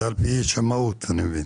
אני מבין